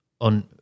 on